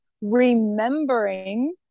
remembering